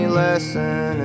lesson